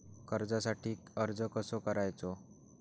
कर्जासाठी अर्ज कसो करायचो?